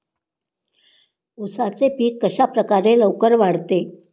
उसाचे पीक कशाप्रकारे लवकर वाढते?